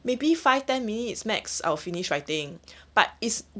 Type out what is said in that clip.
maybe five ten minutes max I'll finished writing but is